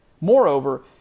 Moreover